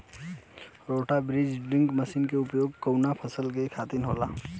रोटा बिज drill machine के उपयोग कऊना फसल खातिर होखेला?